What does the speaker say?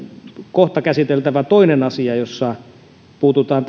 kohta käsiteltävä toinen asia jossa puututaan